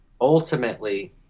ultimately